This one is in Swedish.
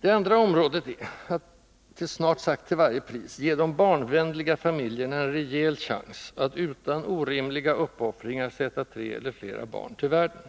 Det andra området är att — snart sagt till varje pris — ge de ”barnvänliga” familjerna en rejäl chans att utan orimliga uppoffringar sätta tre eller flera barn till världen.